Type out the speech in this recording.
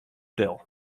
del